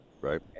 Right